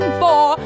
four